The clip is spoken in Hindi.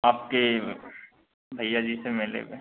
आपके भैया जी से मिले हुए